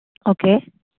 okay